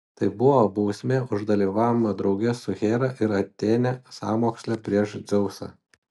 tai buvo bausmė už dalyvavimą drauge su hera ir atėne sąmoksle prieš dzeusą